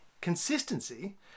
Consistency